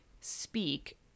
speak